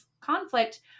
conflict